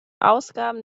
ausgaben